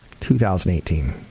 2018